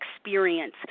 experience